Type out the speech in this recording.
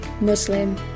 Muslim